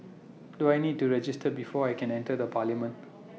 do I need to register before I can enter the parliament